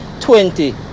twenty